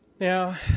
Now